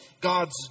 God's